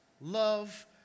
love